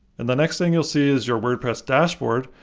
and the next thing you'll see is your wordpress dashboard.